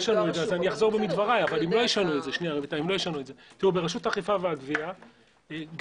ברשות האכיפה והגבייה,